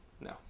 no